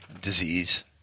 disease